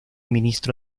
ministro